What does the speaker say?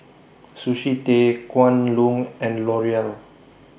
Sushi Tei Kwan Loong and L'Oreal